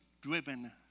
Driven